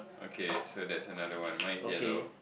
okay so that's another one mine is yellow